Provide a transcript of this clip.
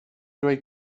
dweud